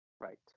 Right